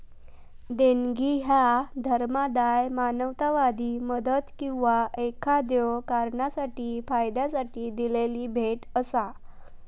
देणगी ह्या धर्मादाय, मानवतावादी मदत किंवा एखाद्यो कारणासाठी फायद्यासाठी दिलेली भेट असा